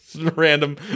Random